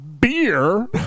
beer